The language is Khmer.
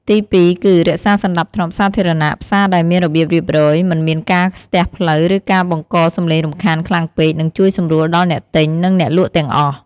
ទីពីរ គឺ រក្សាសណ្ដាប់ធ្នាប់សាធារណៈ ផ្សារដែលមានរបៀបរៀបរយ មិនមានការស្ទះផ្លូវ ឬការបង្កសំឡេងរំខានខ្លាំងពេក នឹងជួយសម្រួលដល់អ្នកទិញ និងអ្នកលក់ទាំងអស់។